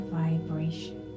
vibration